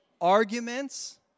arguments